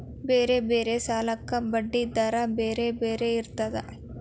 ಬೇರೆ ಬೇರೆ ಸಾಲಕ್ಕ ಬಡ್ಡಿ ದರಾ ಬೇರೆ ಬೇರೆ ಇರ್ತದಾ?